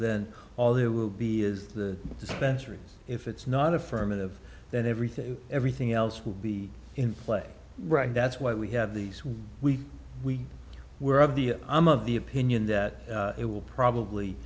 then all there will be is the dispensary if it's not affirmative then everything everything else will be in play right that's why we have these we we were of the i'm of the opinion that it will probably